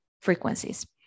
frequencies